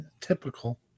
Typical